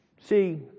See